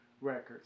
records